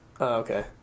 okay